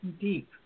deep